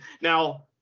Now